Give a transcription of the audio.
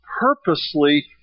Purposely